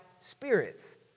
spirits